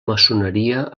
maçoneria